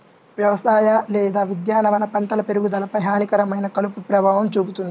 వ్యవసాయ లేదా ఉద్యానవన పంటల పెరుగుదలపై హానికరమైన కలుపు ప్రభావం చూపుతుంది